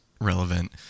Relevant